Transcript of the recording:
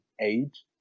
age